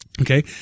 Okay